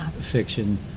fiction